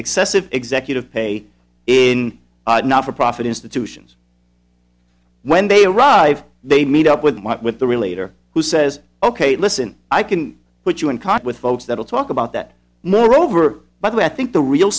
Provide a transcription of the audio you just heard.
excessive executive pay in not for profit institutions when they arrive they meet up with with the relator who says ok listen i can put you in caught with folks that will talk about that moreover but i think the real